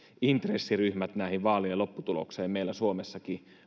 intressiryhmät vaalien lopputulokseen meillä suomessakin